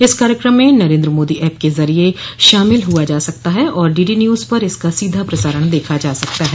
इस कार्यक्रम में नरेंद्र मोदी ऐप के जरिए शामिल हुआ जा सकता है और डीडी न्यूज पर इसका सीधा प्रसारण देखा जा सकता है